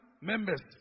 members